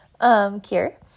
Kier